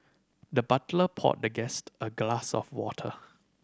the butler poured the guest a glass of water